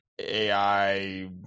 ai